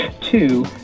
Two